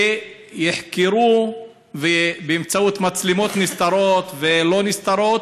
שיחקרו, באמצעות מצלמות נסתרות ולא נסתרות,